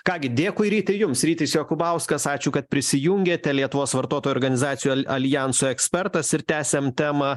ką gi dėkui ryti jums rytis jokubauskas ačiū kad prisijungėte lietuvos vartotojų organizacijų aljanso ekspertas ir tęsiam temą